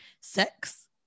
sex